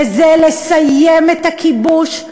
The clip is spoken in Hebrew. וזה לסיים את הכיבוש,